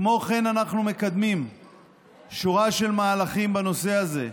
כמו כן, אנחנו מקדמים שורה של מהלכים בנושא הזה.